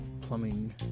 plumbing